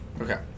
Okay